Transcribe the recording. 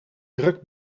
druk